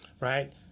Right